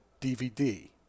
DVD